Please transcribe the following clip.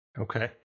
Okay